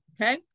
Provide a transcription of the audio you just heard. Okay